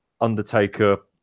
Undertaker